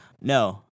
No